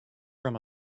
from